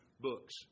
books